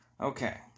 okay